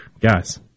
Guys